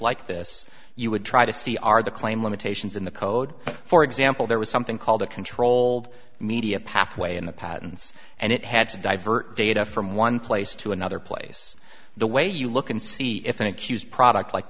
like this you would try to see are the claim limitations in the code for example there was something called a controlled media pathway in the patents and it had to divert data from one place to another place the way you look and see if an accused product like